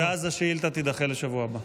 ואז השאילתה תידחה לשבוע הבא.